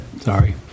Sorry